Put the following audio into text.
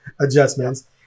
adjustments